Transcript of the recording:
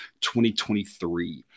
2023